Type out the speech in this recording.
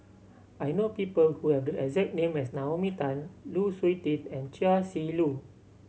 I know people who have the exact name as Naomi Tan Lu Suitin and Chia Shi Lu